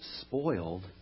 spoiled